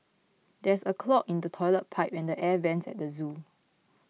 there is a clog in the Toilet Pipe and the Air Vents at the zoo